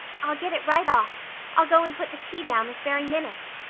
i'll get it right off i'll go and put the tea down this very minute.